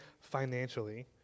financially